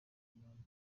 umwanzuro